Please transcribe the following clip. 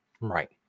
Right